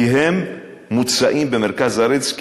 כי הם מוצַאים במרכז הארץ,